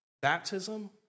baptism